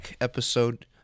episode